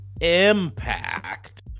Impact